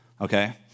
Okay